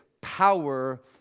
power